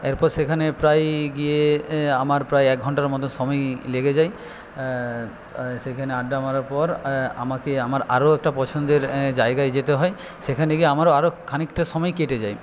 এরপর সেখানে প্রায় গিয়ে আমার প্রায় এক ঘন্টার মতো সময় লেগে যায় সেখানে আড্ডা মারার পর আমাকে আমার আরো একটা পছন্দের জায়গায় যেতে হয় সেখানে গিয়ে আমার আরো খানিকটা সময় কেটে যায়